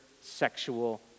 sexual